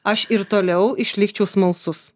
aš ir toliau išlikčiau smalsus